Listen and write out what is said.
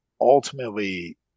ultimately